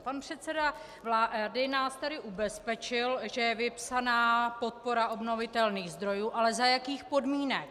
Pan předseda vlády nás tady ubezpečil, že je vypsaná podpora obnovitelných zdrojů ale za jakých podmínek?